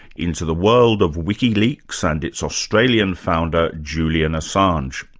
into the world of wikileaks and its australian founder, julian assange.